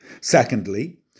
Secondly